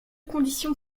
conditions